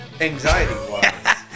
Anxiety-wise